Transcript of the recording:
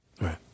Right